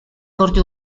corto